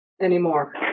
anymore